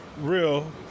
Real